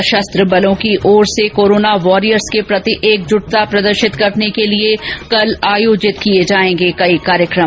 सशस्त्र बलों की ओर से कोरोना वॉरियर्स के प्रति एकजुटता प्रदर्शित करने के लिए कल आयोजित किए जाएंगे कई कार्यक्रम